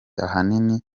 ahanini